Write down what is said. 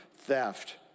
theft